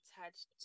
attached